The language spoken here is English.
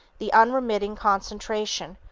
the unremitting concentration,